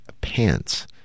pants